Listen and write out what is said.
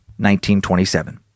1927